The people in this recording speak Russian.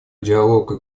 диалог